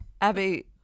Abby